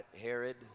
Herod